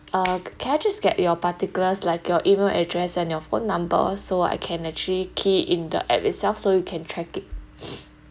uh can I just get your particulars like your email address and your phone number so I can actually key in the app itself so you can track it